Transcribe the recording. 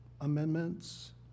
amendments